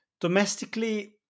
Domestically